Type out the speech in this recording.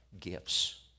gifts